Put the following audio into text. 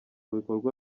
bikorwa